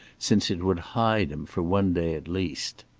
since it would hide him for one day at least.